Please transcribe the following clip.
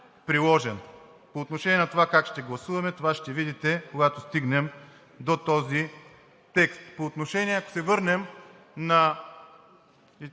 По отношение на това как ще гласуваме, това ще видим, когато стигнем до този текст.